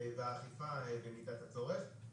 והאכיפה במידת הצורך.